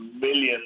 millions